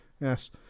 Yes